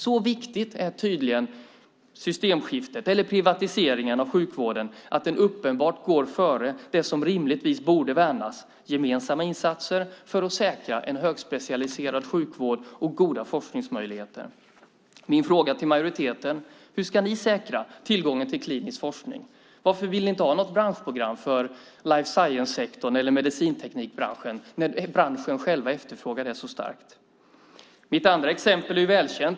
Så viktigt är tydligen systemskiftet eller privatiseringen av sjukvården att det går före det som rimligtvis borde värnas: gemensamma insatser för att säkra en högspecialiserad sjukvård och goda forskningsmöjligheter. Min fråga till majoriteten är: Hur ska ni säkra tillgången till klinisk forskning? Varför vill ni inte ha något branschprogram för life science-sektorn eller medicinteknikbranschen när branschen själv efterfrågar det så starkt? Mitt andra exempel är välkänt.